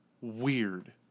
weird